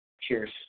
Cheers